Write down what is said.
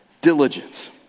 diligence